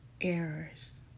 errors